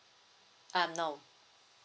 err no